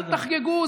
אל תחגגו.